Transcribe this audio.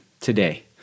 today